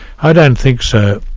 i don't think so.